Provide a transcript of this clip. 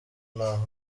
ntaho